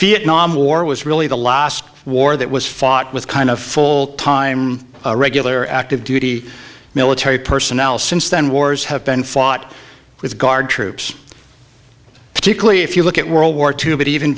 vietnam war was really the last war that was fought with kind of full time a regular active duty military personnel since then wars have been fought with guard troops particularly if you look at world war two but even